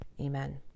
Amen